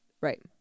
right